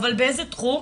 אבל באיזה תחום?